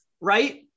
right